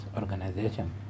organization